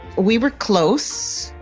we were close.